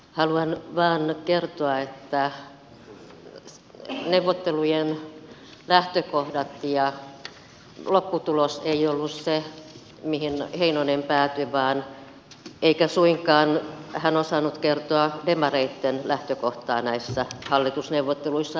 haluan vain kertoa että neuvottelujen lähtökohdat ja lopputulos eivät olleet se mihin heinonen päätyi eikä hän suinkaan osannut kertoa demareitten lähtökohtaa näissä hallitusneuvotteluissa